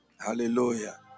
Hallelujah